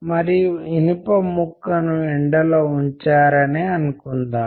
ఇదే విధంగా మీ ముఖ కవళికలను అనుకుందాం